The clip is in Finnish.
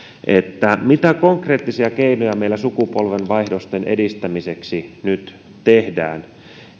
mitä konkreettisia keinoja meillä sukupolvenvaihdosten edistämiseksi nyt tehdään